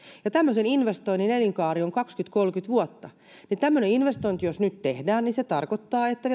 ja tämmöisen investoinnin elinkaari on kaksikymmentä viiva kolmekymmentä vuotta ja jos tämmöinen investointi nyt tehdään niin se tarkoittaa että